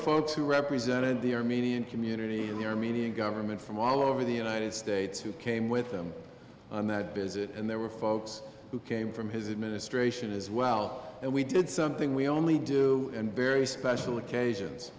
folks who represented the armenian community the armenian government from all over the united states who came with them on that visit and there were folks who came from his administration as well and we did something we only do and very special occasions